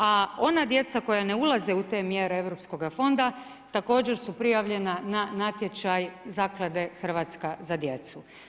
A ona djeca koja ne ulaze u te mjere Europskoga fonda također su prijavljena na natječaj Zaklade „Hrvatska za djecu“